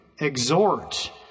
exhort